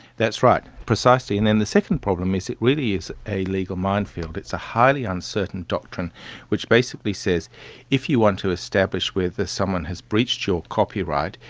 that's right, precisely, and then the second problem is it really is a legal minefield. it's a highly uncertain doctrine which basically says if you want to establish whether ah someone has breached your copyright,